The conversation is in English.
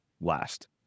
last